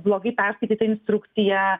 blogai perskaityta instrukcija